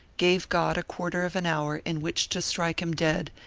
gave god a quarter of an hour in which to strike him dead,